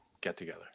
get-together